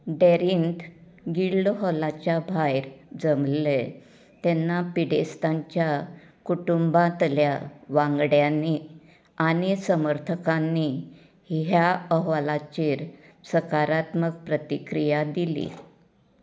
डॅरींत गिल्डहॉलाच्या भायर जमले तेन्ना पिडेस्तांच्या कुटुंबांतल्या वांगड्यांनी आनी समर्थकांनी ह्या अहवालाचेर सकारात्मक प्रतिक्रिया दिली